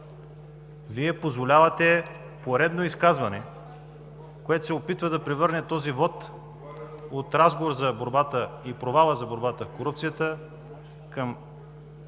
Вие позволявате поредно изказване, което се опитва да превърне този вот от разговор за провала на борбата с корупцията към